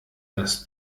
dass